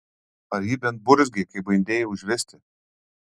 ar ji bent burzgė kai bandei užvesti